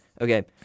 Okay